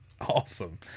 awesome